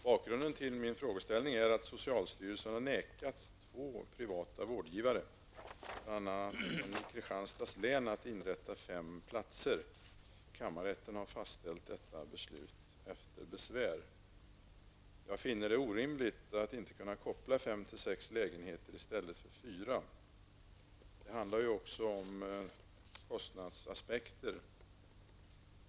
Bakgrunden till min fråga är att socialstyrelsen vägrat två privata vårdgivare, bl.a. en i Kammarrätten har efter besvär fastställt detta beslut. Jag finner det orimligt att inte kunna koppla fem sex lägenheter i stället för fyra. Det handlar ju också om kostnadsaspekter.